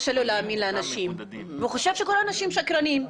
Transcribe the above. קשה לו להאמין לאנשים והוא חושב שכל האנשים שקרנים.